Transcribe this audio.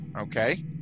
okay